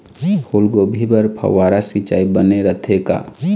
फूलगोभी बर फव्वारा सिचाई बने रथे का?